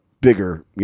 bigger